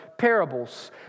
parables